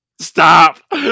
Stop